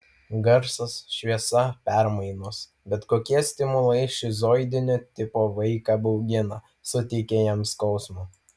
garsas šviesa permainos bet kokie stimulai šizoidinio tipo vaiką baugina suteikia jam skausmo